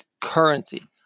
currency